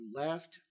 last